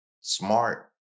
smart